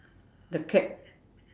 the cap